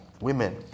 Women